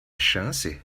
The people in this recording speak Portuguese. chance